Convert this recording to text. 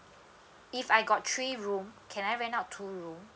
if I got three room can I rent out two room